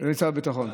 אדוני שר הביטחון.